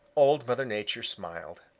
old mother nature smiled.